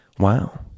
wow